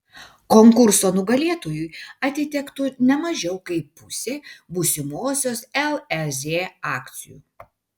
konkurso nugalėtojui atitektų ne mažiau kaip pusė būsimosios lez akcijų